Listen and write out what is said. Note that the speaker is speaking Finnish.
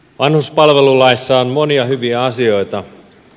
vanhuspalvelulaissa on monia hyviä asioita